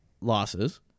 losses